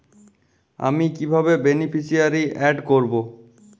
আমি কিভাবে beneficiary add করব?